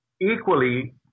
equally